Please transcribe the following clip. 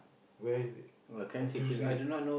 where is it N_T_U_C